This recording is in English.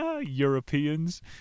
Europeans